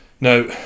now